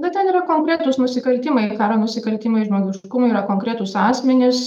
na ten yra konkretūs nusikaltimai karo nusikaltimai žmogiškumui yra konkretūs asmenys